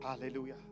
Hallelujah